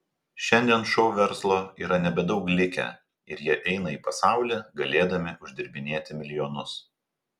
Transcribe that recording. šiandien šou verslo yra nebedaug likę ir jie eina į pasaulį galėdami uždirbinėti milijonus